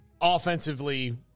offensively